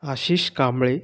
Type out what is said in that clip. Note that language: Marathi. आशिष कांबळे